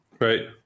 right